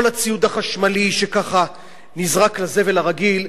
כל הציוד החשמלי שנזרק לזבל הרגיל,